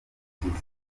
nshuti